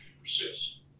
persist